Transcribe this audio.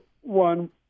one